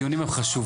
הדיונים הם חשובים,